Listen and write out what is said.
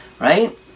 right